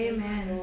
Amen